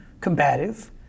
combative